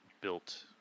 built